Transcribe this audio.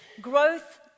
Growth